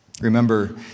Remember